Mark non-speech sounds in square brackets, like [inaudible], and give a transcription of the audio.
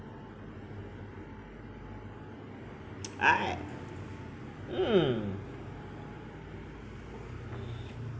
[noise] I mm